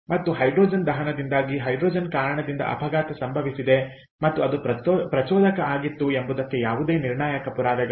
ಮತ್ತು ಹೈಡ್ರೋಜನ್ ದಹನದಿಂದಾಗಿ ಹೈಡ್ರೋಜನ್ ಕಾರಣದಿಂದ ಅಪಘಾತ ಸಂಭವಿಸಿದೆ ಮತ್ತು ಅದು ಪ್ರಚೋದಕ ಆಗಿತ್ತು ಎಂಬುದಕ್ಕೆ ಯಾವುದೇ ನಿರ್ಣಾಯಕ ಪುರಾವೆಗಳಿಲ್ಲ